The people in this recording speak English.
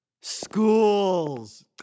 Schools